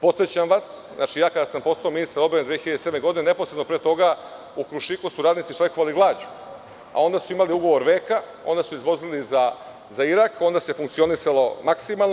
Podsećam vas, kada sam postao ministar odbrane 2007. godine, neposredno pre toga u „Krušiku“ su radnici štrajkovali glađu, a onda su imali ugovor veka, onda su izvozili za Irak, onda se funkcionisalo maksimalno.